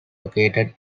located